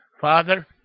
Father